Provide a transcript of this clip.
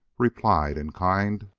replied in kind.